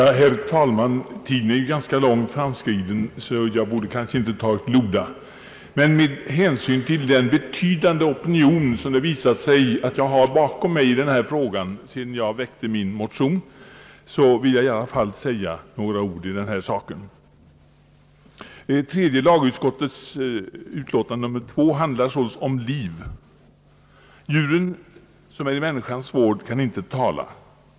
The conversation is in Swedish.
Herr talman! Tiden är långt framskriden, och jag borde därför kanske inte ta till orda. Men med hänsyn till den betydande opinion, som det, sedan jag väckte min motion, visat sig att jag har bakom mig i denna fråga vill jag dock säga några ord i denna sak. Tredje lagutskottets utlåtande nr 2 handlar om liv. Djuren, som är i människans vård, kan inte tala.